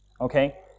okay